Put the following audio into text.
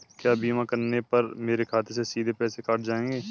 क्या बीमा करने पर मेरे खाते से सीधे पैसे कट जाएंगे?